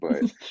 but-